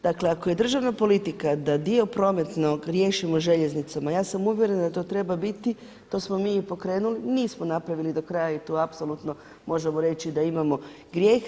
Dakle, ako je državna politika da dio prometnog riješimo željeznicom, a ja sam uvjerena da to treba biti, to smo mi i pokrenuli, nismo napravili do kraja i tu apsolutno možemo reći da imamo grijeh.